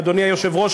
אדוני היושב-ראש,